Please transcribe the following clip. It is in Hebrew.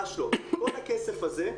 כל הכסף הזה,